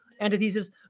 antithesis